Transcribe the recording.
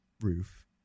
roof